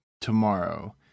tomorrow